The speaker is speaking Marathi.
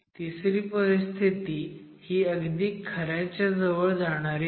तिसरी परिस्थिती हो अगदी खऱ्याच्या जवळ जाणारी आहे